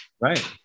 Right